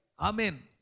Amen